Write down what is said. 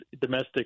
domestic